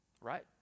Right